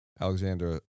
Alexander